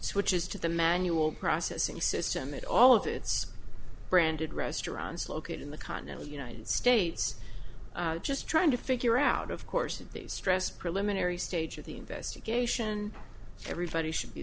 switches to the manual processing system at all of its branded restaurants located in the continental united states just trying to figure out of course that they stress preliminary stage of the investigation everybody should be